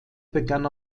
begann